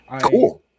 Cool